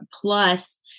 plus